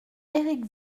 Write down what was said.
éric